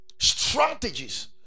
strategies